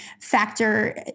factor